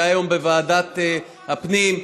שהיה היום בוועדת הפנים,